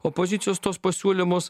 opozicijos tuos pasiūlymus